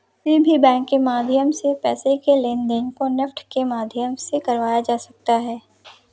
किसी भी बैंक के माध्यम से पैसे के लेनदेन को नेफ्ट के माध्यम से कराया जा सकता है